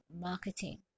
marketing